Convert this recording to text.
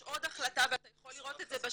יש עוד החלטה מ-2017,